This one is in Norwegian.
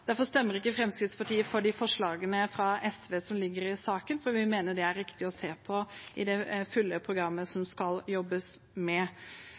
Derfor stemmer ikke Fremskrittspartiet for de forslagene fra SV som ligger i saken, for vi mener det er riktig å se på det i det fulle programmet som det skal jobbes med.